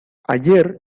ayer